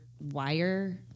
wire